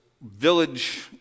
village